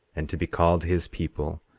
and to be called his people,